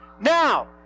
Now